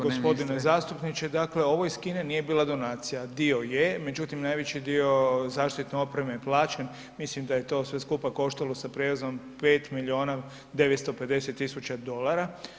Poštovani g. zastupniče, dakle ovo iz Kine nije bila donacija, dio je, međutim najveći dio zaštitne opreme je plaćen, mislim da je to sve skupa koštalo sa prijevozom 5 milijuna 950 tisuća dolara.